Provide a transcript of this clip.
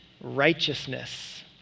righteousness